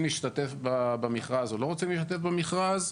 להשתתף במכרז או לא רוצים להשתתף במכרז,